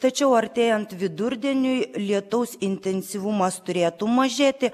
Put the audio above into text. tačiau artėjant vidurdieniui lietaus intensyvumas turėtų mažėti